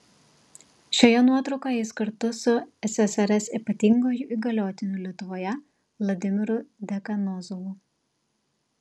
šioje nuotraukoje jis kartu su ssrs ypatinguoju įgaliotiniu lietuvoje vladimiru dekanozovu